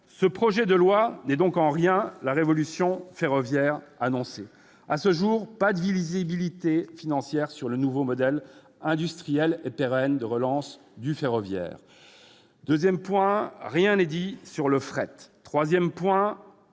Ce projet de loi n'est donc en rien la révolution ferroviaire annoncée. Premièrement, nous n'avons à ce jour pas de visibilité financière sur un nouveau modèle industriel et pérenne de relance du ferroviaire. Deuxièmement, rien n'est dit du fret. Troisièmement,